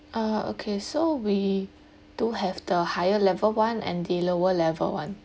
ah okay so we do have the higher level one and the lower level one